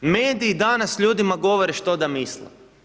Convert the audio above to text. Mediji danas ljudima govore što da misle.